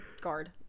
Guard